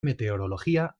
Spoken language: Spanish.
meteorología